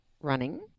running